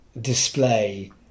display